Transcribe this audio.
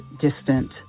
distant